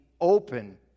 open